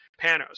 panos